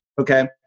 okay